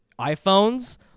iPhones